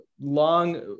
long